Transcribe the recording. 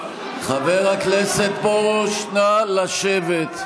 חבר הכנסת פרוש, נא לשבת.